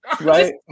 Right